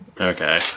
Okay